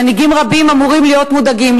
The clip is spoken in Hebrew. מנהיגים רבים אמורים להיות מודאגים,